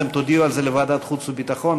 אתם תודיעו על זה לוועדת החוץ והביטחון?